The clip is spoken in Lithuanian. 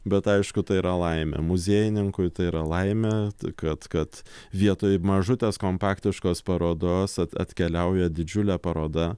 bet aišku tai yra laimė muziejininkui tai yra laimė kad kad vietoj mažutės kompaktiškos parodos atkeliauja didžiulė paroda